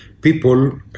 People